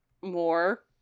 more